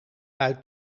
uit